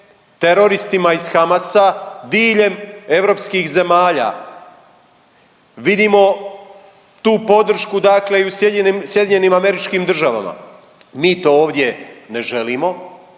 teroristima iz Hamasa diljem europskih zemalja. Vidimo tu podršku dakle i u SAD-u, mi to ovdje ne želimo,